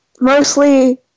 Mostly